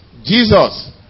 Jesus